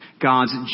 God's